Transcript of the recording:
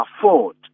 afford